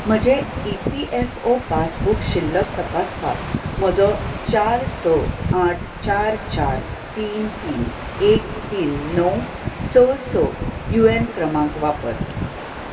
म्हजें E P F O passbook शिल्लक तपासपाक म्हजो चार स आठ चार चार तीन तीन एक तीन णव स स यू एन क्रमांक वापर